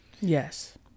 yes